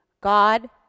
God